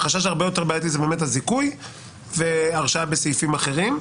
החשש הרבה יותר בעייתי זה באמת הזיכוי והרשעה בסעיפים אחרים.